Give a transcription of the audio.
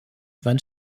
van